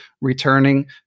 returning